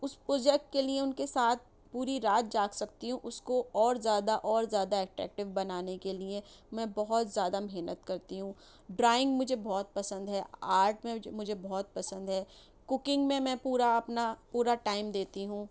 اس project کے لئے ان کے ساتھ پوری رات جاگ سکتی ہوں اس کو اور زیادہ اور زیادہ ایٹریکٹیو بنانے کے لئے میں بہت زیادہ محنت کرتی ہوں ڈرائنگ مجھے بہت پسند ہے آرٹ میں مجھے بہت پسند ہے کُکنگ میں میں پورا اپنا پورا ٹائم دیتی ہوں